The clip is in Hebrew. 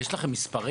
יש לכם מספרים?